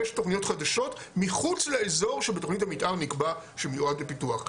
שש תוכניות חדשות מחוץ לאזור שבתוכנית המתאר נקבע שמיועד לפיתוח.